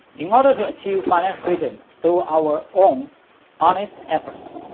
in order to achieve financial freedom through our own honest efforts,